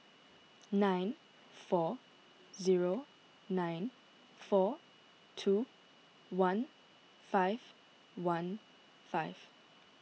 nine four zero nine four two one five one five